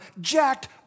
jacked